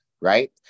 Right